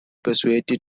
persuaded